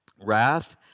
wrath